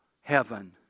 heaven